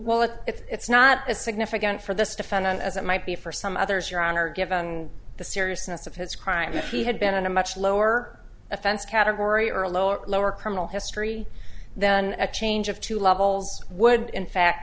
well if it's not as significant for this defendant as it might be for some others your honor given the seriousness of his crime if he had been in a much lower offense category or a lower lower criminal history than a change of two levels would in fact